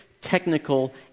technical